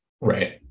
Right